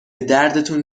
دردتون